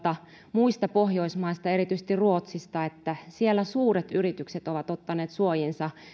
muista pohjoismaista erityisesti ruotsista että siellä suuret yritykset ovat ottaneet suojiinsa